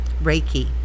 Reiki